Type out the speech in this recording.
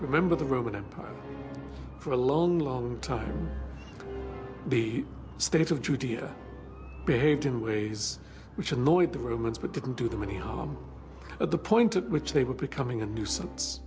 remember the roman empire for a long long time the state of judea behaved in ways which annoyed the romans but didn't do them any harm at the point at which they were becoming a nuisance